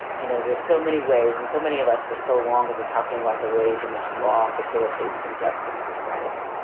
you know, there's so many ways and so many of us for so long have been talking about the ways in which law facilitates and justice. right.